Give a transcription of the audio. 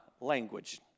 language